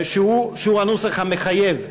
שהוא הנוסח המחייב.